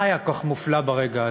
מה היה כל כך מופלא ברגע הזה?